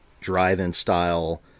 drive-in-style